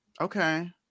okay